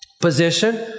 position